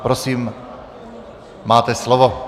Prosím, máte slovo.